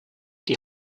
die